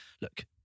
Look